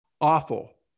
awful